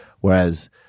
Whereas